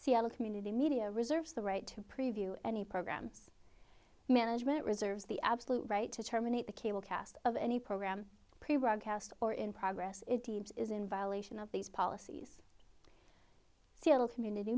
a community media reserves the right to preview any programs management reserves the absolute right to terminate the cable cast of any program pre rock cast or in progress it is in violation of these policies seal community